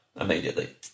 immediately